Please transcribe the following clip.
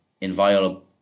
inviolable